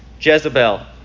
Jezebel